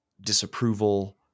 disapproval